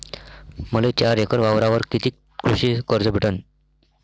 मले चार एकर वावरावर कितीक कृषी कर्ज भेटन?